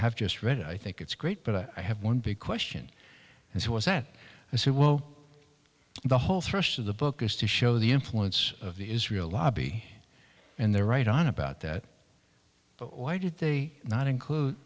have just read it i think it's great but i have one big question and it was that i said well the whole thrust of the book is to show the influence of the israel lobby and they're right on about that but why did they not include